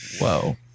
whoa